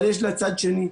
אבל יש לה צד שני,